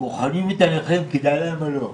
בוחנים את הנכה האם כדאי להם או לא.